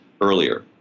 earlier